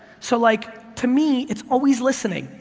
so, like to me, it's always listening,